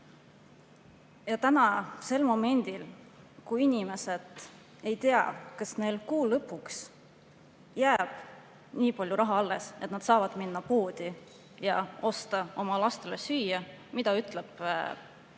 ajal], kui inimesed ei tea, kas neil kuu lõpus jääb nii palju raha alles, et nad saavad minna poodi ja osta oma lastele süüa, mida ütleb meie